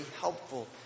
helpful